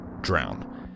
drown